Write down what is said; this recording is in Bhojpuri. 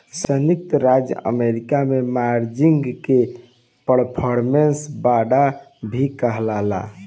संयुक्त राज्य अमेरिका में मार्जिन के परफॉर्मेंस बांड भी कहाला